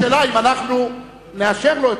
השאלה אם אנחנו נאשר לו,